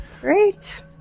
Great